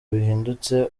bihindutse